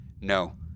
No